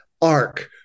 Ark